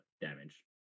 damage